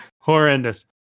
horrendous